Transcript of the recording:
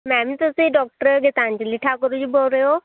ma'am ਤੁਸੀਂ doctor Gitanjali Thakur ji ਬੋਲ ਰਹੇ ਹੋ